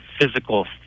physical